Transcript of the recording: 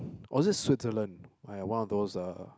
or was it Switzerland !aiya! one of those ah